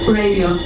radio